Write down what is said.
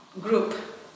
group